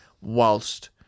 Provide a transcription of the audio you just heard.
whilst